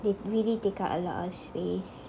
they really take up a lot of space